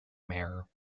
mare